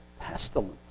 pestilence